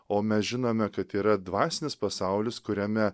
o mes žinome kad yra dvasinis pasaulis kuriame